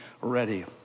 ready